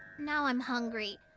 now i'm hungry.